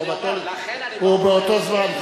לכן אני בא ואומר,